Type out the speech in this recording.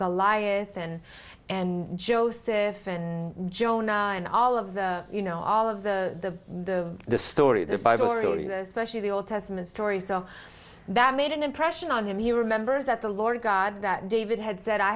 goliath and and joseph and jonah and all of the you know all of the the the story the bible stories especially the old testament stories are that made an impression on him he remembers that the lord god that david had said i